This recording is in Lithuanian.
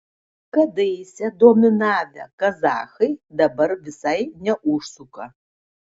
kadaise dominavę kazachai dabar visai neužsuka